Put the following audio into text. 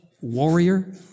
warrior